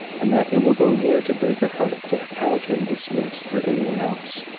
and that it will go near to break her heart to have him dismissed for any one else.